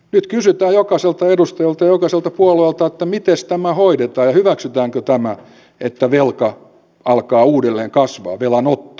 nyt kysytään jokaiselta edustajalta ja jokaiselta puolueelta että mites tämä hoidetaan ja hyväksytäänkö tämä että velka alkaa uudelleen kasvaa velanotto